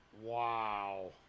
Wow